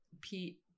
Pete